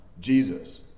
Jesus